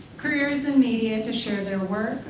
careers, and media to share their work,